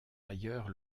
ailleurs